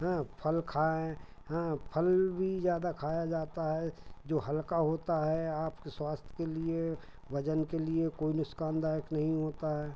हाँ फल खाएँ हाँ फल भी ज़्यादा खाया जाता है जो हल्का होता है आपके स्वास्थ्य के लिए वज़न के लिए कोई नुक़सानदायक नहीं होता है